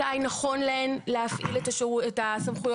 מתי נכון להן להפעיל את הסמכויות,